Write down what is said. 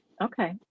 Okay